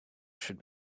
should